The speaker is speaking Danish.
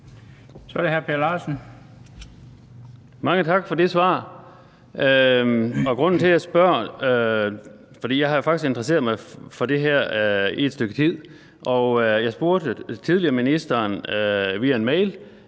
Så er det hr. Per Larsen. Kl. 16:23 Per Larsen (KF): Mange tak for det svar. Jeg har faktisk interesseret mig for det her i et stykke tid, og jeg spurgte tidligere ministeren via en mail